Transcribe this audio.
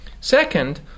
Second